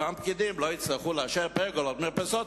אם אותם פקידים לא יצטרכו לאשר פרגולות ומרפסות,